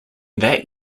that